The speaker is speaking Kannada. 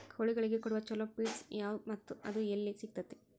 ಕೋಳಿಗಳಿಗೆ ಕೊಡುವ ಛಲೋ ಪಿಡ್ಸ್ ಯಾವದ ಮತ್ತ ಅದ ಎಲ್ಲಿ ಸಿಗತೇತಿ?